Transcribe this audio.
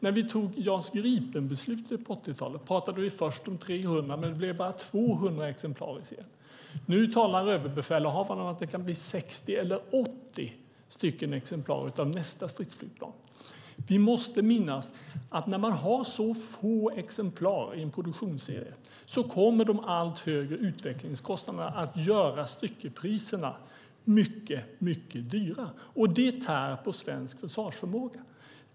När vi tog JAS Gripen-beslutet på 80-talet pratade vi först om 300, men det blev bara 200 exemplar. Nu talar överbefälhavaren om att det kan bli 60 eller 80 exemplar av nästa stridsflygplan. Vi måste minnas att när man har så få exemplar i en produktionsserie kommer de allt högre utvecklingskostnaderna att göra styckepriserna mycket dyra, och det tär på svensk försvarsförmåga.